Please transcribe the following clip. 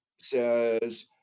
says